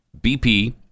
BP